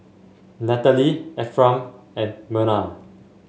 Nathalie Ephram and Myrna